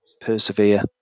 persevere